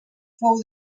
fou